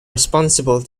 responsible